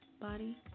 body